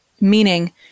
Meaning